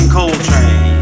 Coltrane